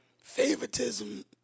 Favoritism